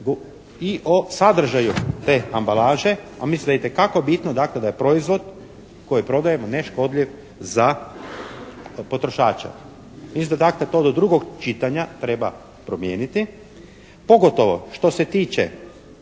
i o sadržaju te ambalaže. A mislim da je itekako bitno dakle da je proizvod koji prodajemo neškodljiv za potrošače. Isto tako da to do drugog čitanja treba promijeniti. Pogotovo što se tiče